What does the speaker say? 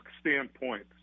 standpoint